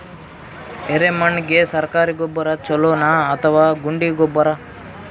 ಎರೆಮಣ್ ಗೆ ಸರ್ಕಾರಿ ಗೊಬ್ಬರ ಛೂಲೊ ನಾ ಅಥವಾ ಗುಂಡಿ ಗೊಬ್ಬರ?